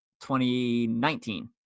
2019